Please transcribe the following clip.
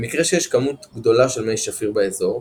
במקרה שיש כמות גדולה של מי שפיר באזור,